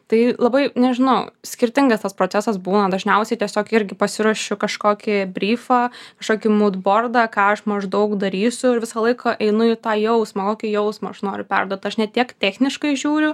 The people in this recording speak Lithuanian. tai labai nežinau skirtingas tas procesas būna dažniausiai tiesiog irgi pasiruošiu kažkokį bryfą kažkokį mūdbordą ką aš maždaug darysiu ir visą laiką einu į tą jausmą kokį jausmą aš noriu perduot aš ne tiek techniškai žiūriu